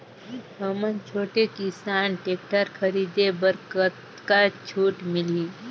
हमन छोटे किसान टेक्टर खरीदे बर कतका छूट मिलही?